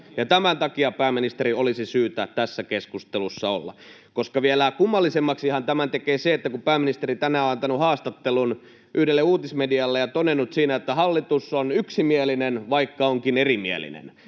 tämän takia pääministerin olisi syytä tässä keskustelussa olla. Vielä kummallisemmaksihan tämän tekee se, että pääministeri tänään on antanut haastattelun yhdelle uutismedialle ja todennut siinä, että hallitus on yksimielinen, vaikka onkin erimielinen.